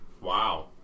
Wow